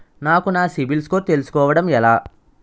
నాకు నా CIBIL score తెలుసుకోవడం ఎలా?